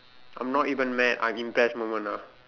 I'm not even mad I'm in best moment lah